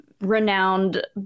renowned